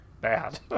bad